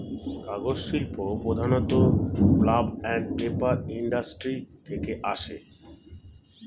কাগজ শিল্প প্রধানত পাল্প অ্যান্ড পেপার ইন্ডাস্ট্রি থেকে আসে